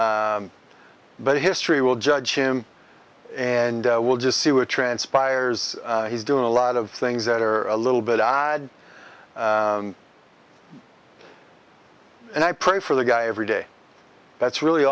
him but history will judge him and we'll just see where transpires he's doing a lot of things that are a little bit odd and i pray for the guy every day that's really